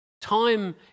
Time